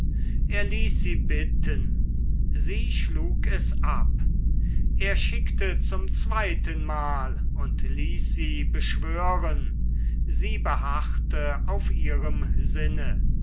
er ließ sie bitten sie schlug es ab er schickte zum zweitenmal und ließ sie beschwören sie beharrte auf ihrem sinne